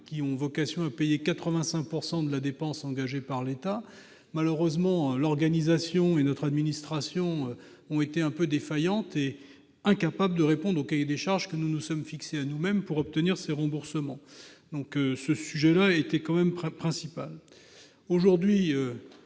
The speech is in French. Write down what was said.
qui ont vocation à payer 85 % de la dépense engagée par l'État. Malheureusement, notre organisation et notre administration ont été défaillantes et incapables de répondre au cahier des charges que nous nous étions fixé à nous-mêmes pour obtenir ces remboursements. C'est un problème central. Aujourd'hui,